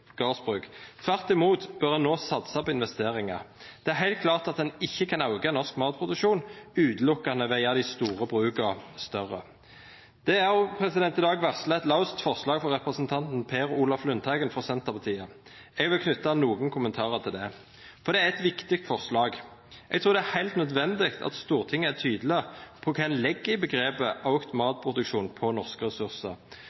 gardsbruk – tvert imot bør ein no satsa på investeringar. Det er heilt klart at ein ikkje kan auka norsk matproduksjon utelukkande ved å gjera dei store bruka større. Det er i dag òg varsla eit laust forslag frå representanten Per Olaf Lundteigen frå Senterpartiet. Eg vil knyte nokre kommentarar til det: Det er eit viktig forslag. Eg trur det er heilt nødvendig at Stortinget er tydeleg på kva ein legg i